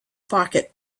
pocket